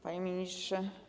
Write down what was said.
Panie Ministrze!